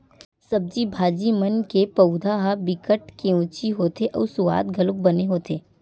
सब्जी भाजी मन के पउधा ह बिकट केवची होथे अउ सुवाद घलोक बने होथे